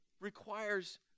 requires